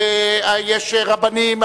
ויש רבנים,